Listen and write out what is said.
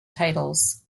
titles